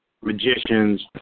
magicians